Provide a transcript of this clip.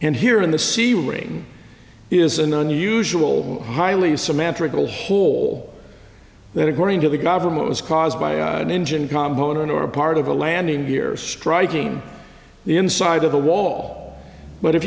and here in the ceiling is an unusual highly symmetrical hole that according to the government was caused by an engine combo nor part of the landing gear striking the inside of the wall but if